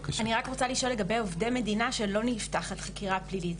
אני רק רוצה לשאול לגבי עובדי מדינה שלא נפתחת חקירה פלילית,